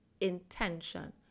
intention